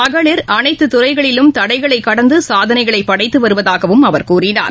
மகளிர் அனைத்துதுறைகளிலும் தடைகளைகடந்துசாதனைகளைபடைத்துவருவதாகவும் அவர் கூறினார்